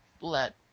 let